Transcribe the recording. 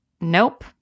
nope